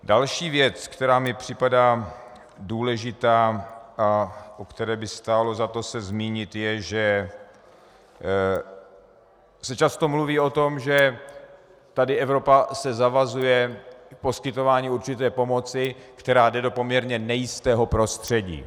Další věc, která mi připadá důležitá a o které by stálo za to se zmínit, je, že se často mluví o tom, že se tady Evropa zavazuje k poskytování určité pomoci, která jde do poměrně nejistého prostředí.